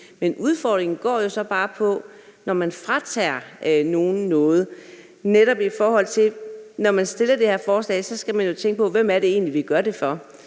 Men udfordringen opstår jo så bare, når man fratager nogen noget. Når man fremsætter det her forslag, skal man jo tænke på, hvem det egentlig er, vi gør det for.